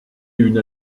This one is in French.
une